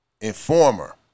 Informer